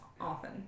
often